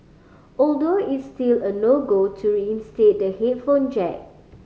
although it's still a no go to reinstate the headphone jack